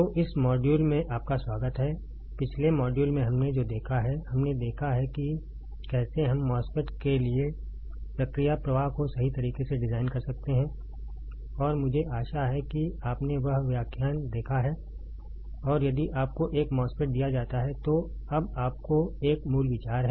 तो इस मॉड्यूल में आपका स्वागत है पिछले मॉड्यूल में हमने जो देखा है हमने देखा है कि कैसे हम MOSFET के लिए प्रक्रिया प्रवाह को सही तरीके से डिजाइन कर सकते हैं और मुझे आशा है कि आपने वह व्याख्यान देखा है और यदि आपको एक MOSFET दिया जाता है तो अब आपको एक मूल विचार है